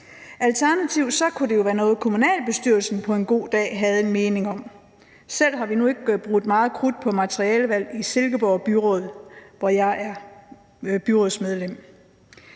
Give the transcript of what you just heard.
Alternativt kunne det jo være noget, som kommunalbestyrelsen på en god dag havde en mening om. Selv har vi nu ikke brugt meget krudt på materialevalg i Silkeborg Byråd, hvor jeg er byrådsmedlem.